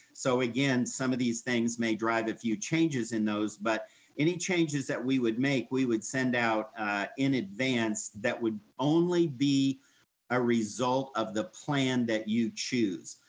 so again, some of these things may drive a few changes in those, but any changes that we would make, we would send out in advance that would only be a result of the plan that you choose.